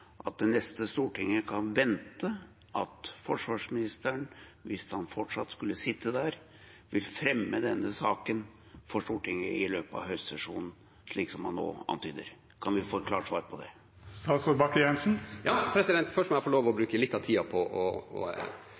at det neste stortinget kan vente at forsvarsministeren, hvis han fortsatt skulle sitte der, vil fremme denne saken for Stortinget i løpet av høstsesjonen, slik som han nå antyder? Kan vi få et klart svar på det? Først må jeg få lov å bruke litt av tida på å